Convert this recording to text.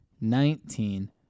nineteen